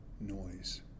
noise